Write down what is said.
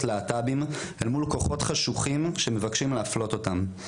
להט"בים אל מול כוחות חשוכים שמבקשים להפלות אותם.